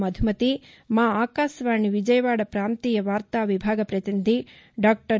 మధుమతి ఆకాశవాణి విజయవాడ పాంతీయ వార్తా విభాగ ప్రతినిధి డాక్టర్